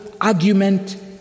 argument